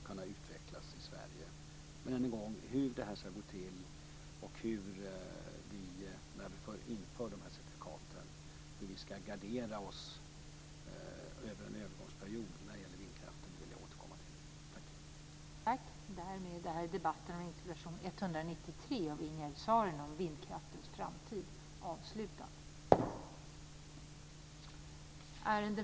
Jag tror att den kommer att kunna utvecklas bra i Sverige.